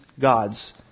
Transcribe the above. gods